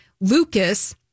Lucas